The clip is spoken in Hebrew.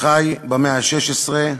שחי במאה ה-17,